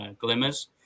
Glimmers